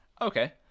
Okay